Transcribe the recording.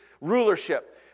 rulership